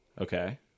Okay